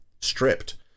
stripped